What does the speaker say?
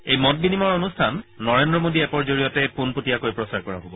এই মত বিনিময়ৰ অনুষ্ঠান নৰেন্দ্ৰ মোডী এপৰ জৰিয়তে পোনপটীয়াকৈ প্ৰচাৰ কৰা হব